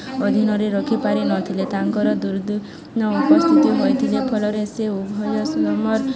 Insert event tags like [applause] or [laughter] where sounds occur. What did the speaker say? ଅଧୀନରେ ରଖିପାରିନଥିଲେ ତାଙ୍କର ଦୁର୍ଦିନ ଉପସ୍ଥିତି ହୋଇ ଯେ ଫଳରେ ସେ ଉଭୟ [unintelligible]